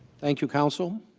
thank you counsel